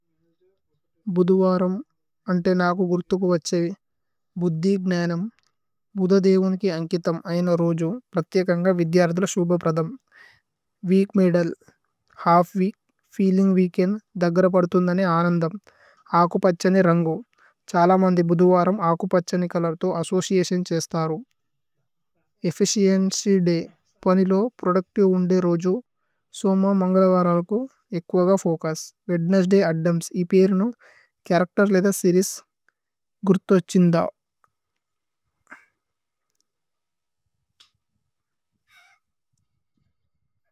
ഭുധുവരമ് അന്തേന് ആകു ഗുര്ഥു കു വഛ്ഛേവി। ബുദ്ധിക് നഏനമ് ബുദ്ധ ദേവുന്കി അന്കിഥമ് അഏ। ന രോജു പ്രഥികന്ഗ വിധ്യരദ്ല ശുഭ പ്രദമ്। Week middle half weak feeling. Weekend ദഗരപരിതുന്നേ അനന്ദമ് ആകുപഛനേ। രന്ഗു ഛ്ഹല മന്ദി ബുധുവരമ് ആകുപഛനേ। കലര്ഥു അസ്സോചിഅതിഓന് ഛേശ്തരു ഏഫ്ഫിചിഏന്ച്യ്। ദയ് പനിലോ പ്രോദുച്തിവേ ഓന്ദേ രോജു സുമ്മ। മന്ഗലവരല് കു ഏകുഅഗ ഫോകുസ് വേദ്നേസ്സ് ദയ്। അദ്ദമ്സ് ഇപീരുന്നു കരക്തേര്ലേ ദ സേരിഏസ്। ഗുര്ഥു അഛിന്ദഓ।